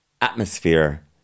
atmosphere